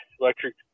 electric